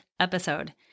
episode